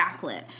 backlit